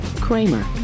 Kramer